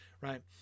right